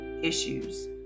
issues